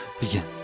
Begin